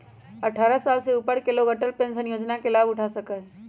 अट्ठारह साल से ऊपर के लोग अटल पेंशन योजना के लाभ उठा सका हई